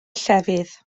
llefydd